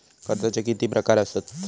कर्जाचे किती प्रकार असात?